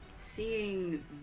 seeing